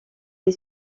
est